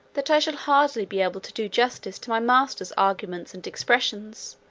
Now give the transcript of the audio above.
that i shall hardly be able to do justice to my master's arguments and expressions,